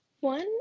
One